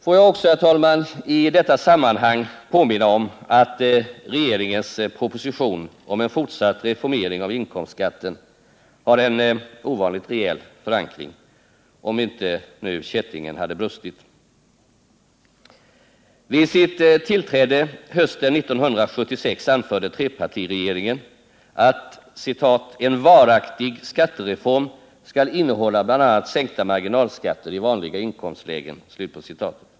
Får jag också, herr talman, i detta sammanhang påminna om att regeringens proposition om en fortsatt reformering av inkomstskatten har en ovanligt rejäl förankring — om nu inte kättingen hade brustit. Vid sitt tillträde hösten 1976 anförde trepartiregeringen att ”en varaktig skattereform skall innehålla bl.a. sänkta marginalskatter i vanliga inkomstlägen”.